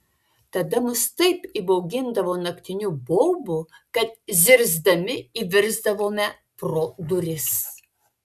tada mus taip įbaugindavo naktiniu baubu kad zirzdami įvirsdavome pro duris